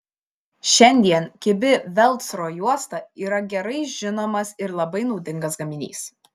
šiandien kibi velcro juosta yra gerai žinomas ir labai naudingas gaminys